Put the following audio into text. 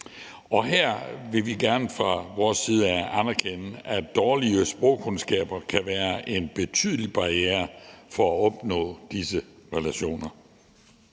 Her vil vi gerne fra vores side anerkende, at dårlige sprogkundskaber kan være en betydelig barriere for at opnå disse relationer.